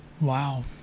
Wow